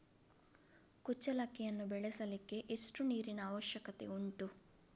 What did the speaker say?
ಕುಚ್ಚಲಕ್ಕಿಯನ್ನು ಬೆಳೆಸಲಿಕ್ಕೆ ಎಷ್ಟು ನೀರಿನ ಅವಶ್ಯಕತೆ ಉಂಟು?